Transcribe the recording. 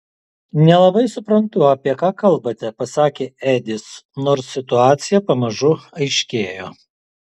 nelabai suprantu apie ką kalbate pasakė edis nors situacija pamažu aiškėjo